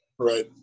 Right